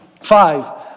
Five